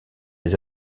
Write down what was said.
des